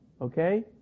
Okay